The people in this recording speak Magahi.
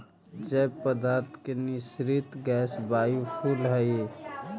जैव पदार्थ के निःसृत गैस बायोफ्यूल हई